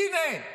הינה,